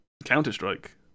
Counter-Strike